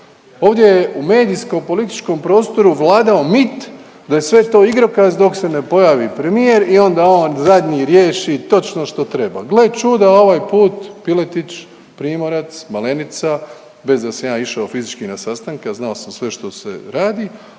Ovdje je u medijsko političkom prostoru vladao mit da je sve to igrokaz dok se ne pojavi premijer i onda on zadnji riješi točno što treba. Gle čuda ovaj put Piletić, Primorac, Malenica bez da sam ja išao fizički na sastanke, a znao sam sve što se radi,